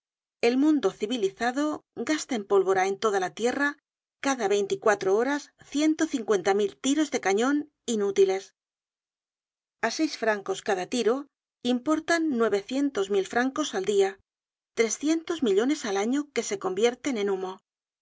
el mundo civilizado gasta en pólvora en toda la tierra cada veinticuatro horas ciento cincuenta mil tiros de cañon inútiles a seis francos cada tiro importan nuevecientos mil francos al dia trescientos millones al año que se convierten en humo